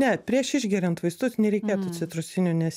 ne prieš išgeriant vaistus nereikėtų citrusinių nes